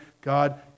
God